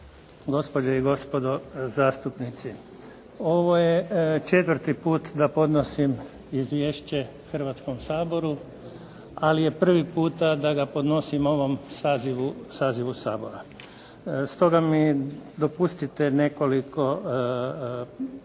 gospođe i gospodo zastupnici. Ovo je četvrti puta da podnosim izvješće Hrvatskom saboru, ali je prvi puta da ga podnosim ovom sazivu Sabora. Stoga mi dopustite nekoliko kratkih